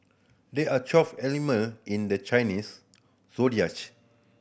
there are twelve animal in the Chinese